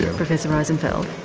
professor rosenfeld.